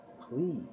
please